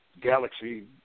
galaxy